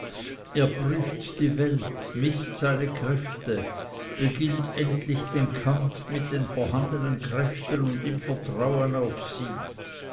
er prüft die welt mißt seine kräfte beginnt endlich den kampf mit den vorhandenen kräften und im vertrauen auf sie